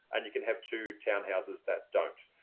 and you can have two townhouses that don't.